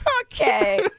Okay